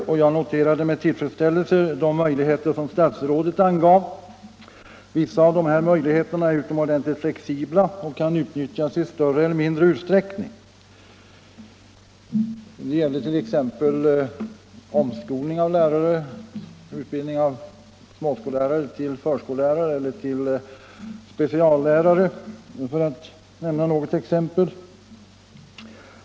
Nr 10 Jag noterade med tillfredsställelse de möjligheter som fru statsrådet här angav, av vilka vissa är mycket flexibla och kan utnyttjas i större eller mindre utsträckning. Detta gäller omskolning av lärare, utbildning av småskollärare till förskollärare eller speciallärare, för att här bara nämna — Om ökat bidrag till några exempel.